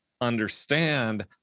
understand